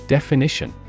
Definition